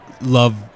love